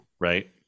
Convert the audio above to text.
Right